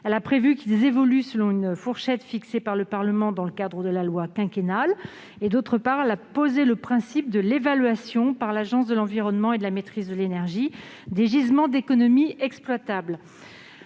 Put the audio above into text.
Elle a prévu qu'ils évoluent selon une fourchette fixée par le Parlement dans le cadre de la loi quinquennale. En outre, elle a posé le principe d'une évaluation par l'Agence de l'environnement et de la maîtrise de l'énergie des gisements d'économies exploitables.